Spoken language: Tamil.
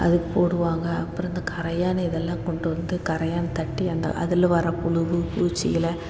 அதுக்கு போடுவாங்க அப்புறம் இந்த கரையான் இதெல்லாம் கொண்டு வந்து கரையான் தட்டி அந்த அதில் வர புழுவு பூச்சிகளை